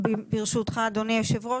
ברשותך אדוני היושב ראש,